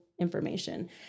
information